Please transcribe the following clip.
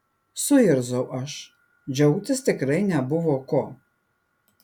suirzau aš džiaugtis tikrai nebuvo ko